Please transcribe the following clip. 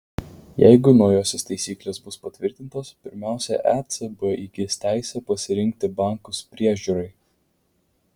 jeigu naujosios taisyklės bus patvirtintos pirmiausia ecb įgis teisę pasirinkti bankus priežiūrai